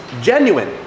genuine